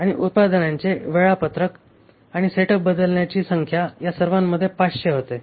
आणि उत्पादनाचे वेळापत्रक आणि सेटअप बदलण्याची संख्या या सर्वांमध्ये 500 होते